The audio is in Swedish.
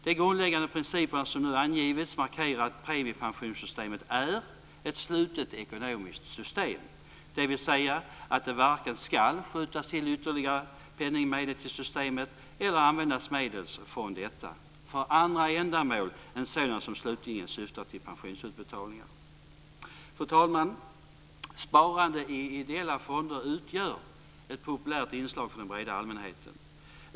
De grundläggande principer som nu angivits markerar att premiepensionssystemet är ett slutet ekonomiskt system, dvs. att det varken ska skjutas till ytterligare penningmedel till systemet eller användas medel från detta för andra ändamål än sådana som slutligt syftar till pensionsutbetalningar. Fru talman! Sparande i ideella fonder utgör ett populärt inslag för den breda allmänheten.